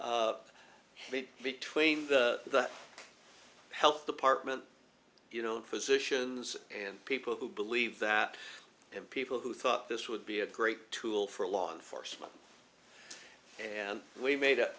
noise between the health department you know physicians and people who believe that and people who thought this would be a great tool for law enforcement and we made